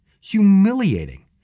humiliating